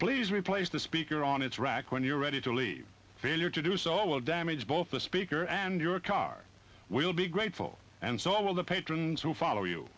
please replace the speaker on it's rack when you're ready to leave failure to do so will damage both the speaker and your car will be grateful and so will the patrons who follow you